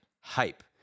Hype